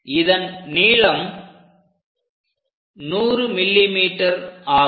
இதன் நீளம் 100 மில்லி மீட்டராகும்